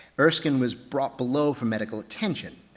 erskine was brought below for medical attention.